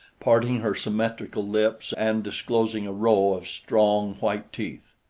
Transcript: parting her symmetrical lips and disclosing a row of strong white teeth.